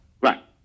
Right